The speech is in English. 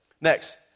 Next